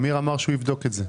אמיר אמר שהוא יבדוק את זה.